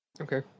Okay